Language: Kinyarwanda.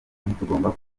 ntitugomba